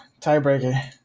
tiebreaker